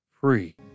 free